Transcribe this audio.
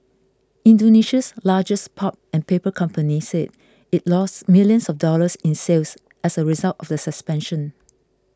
Indonesia's largest pulp and paper company said it lost millions of dollars in sales as a result of the suspension